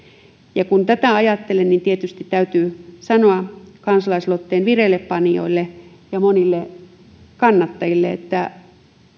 ja kun tätä ajattelen niin tietysti täytyy sanoa kansalaisaloitteen vireillepanijoille ja monille kannattajille että